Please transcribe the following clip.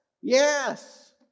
yes